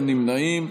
אין נמנעים.